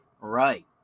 Right